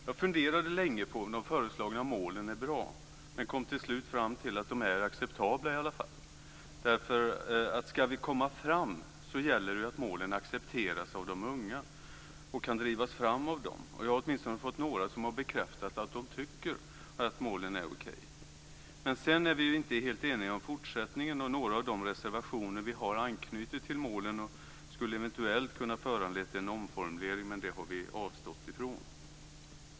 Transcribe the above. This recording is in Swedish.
Jag funderade länge på om de föreslagna målen är bra men kom till slut fram till att de i alla fall är acceptabla. Ska vi komma fram, gäller det att målen accepteras av de unga och kan drivas av dem. Jag har åtminstone träffat några som har bekräftat att de tycker att målen är okej. Men sedan är vi inte helt eniga om fortsättningen, och några av de reservationer som vi har anknyter till målen och skulle eventuellt ha kunnat föranleda en omformulering, men det har vi avstått från.